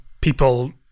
people